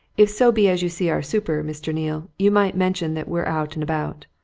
if so be as you see our super, mr. neale, you might mention that we're out and about.